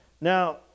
Now